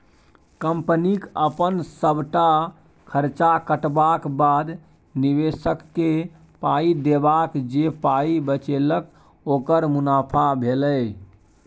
कंपनीक अपन सबटा खर्च कटबाक बाद, निबेशककेँ पाइ देबाक जे पाइ बचेलक ओकर मुनाफा भेलै